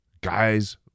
guys